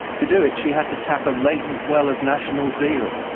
to do it she had to tap a latent well of national zeal.